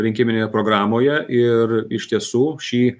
rinkiminėje programoje ir iš tiesų šį